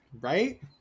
right